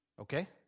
Okay